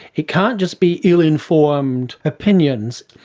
it can't just be ill informed opinions.